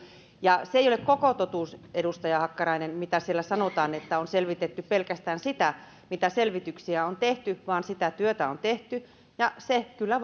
ja se ei ole koko totuus edustaja hakkarainen mitä siellä sanotaan se että olisi selvitetty pelkästään sitä mitä selvityksiä on tehty vaan sitä työtä on tehty ja se kyllä